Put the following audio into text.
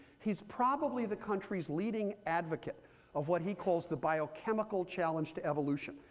he's probably the country's leading advocate of what he calls the biochemical challenge to evolution.